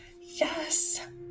Yes